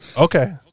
Okay